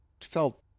felt